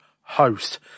host